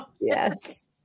yes